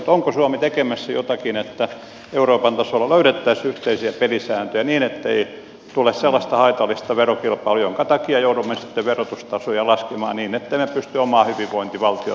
mutta onko suomi tekemässä jotakin että euroopan tasolla löydettäisiin yhteisiä pelisääntöjä niin ettei tule sellaista haitallista verokilpailua jonka takia joudumme sitten verotustasoja laskemaan niin ettemme pysty omaa hyvinvointivaltiotamme hoitamaan